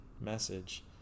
message